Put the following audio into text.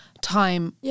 time